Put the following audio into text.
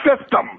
system